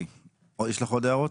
יש לך עוד הערות?